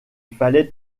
fallait